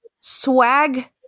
swag